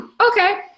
okay